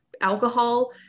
alcohol